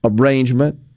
arrangement